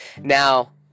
Now